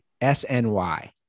S-N-Y